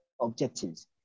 objectives